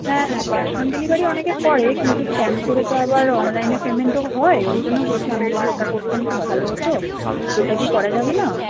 হ্যাঁ হ্যাঁ cash on delivery অনেকে করে কিন্তু স্ক্যান করে তো আবার অনলাইনে পেমেন্টও হয় ওই জন্য বলছি আপনি যদি ওটা করতেন খুব ভালো হতো তো ওটা কি করা যাবে না